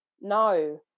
No